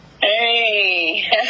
Hey